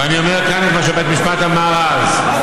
ואני אומר כאן את מה שבית משפט אמר אז.